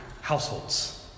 households